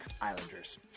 Islanders